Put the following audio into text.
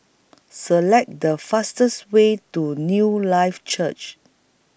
Select The fastest Way to Newlife Church